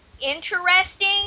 interesting